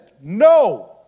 No